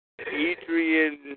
Adrian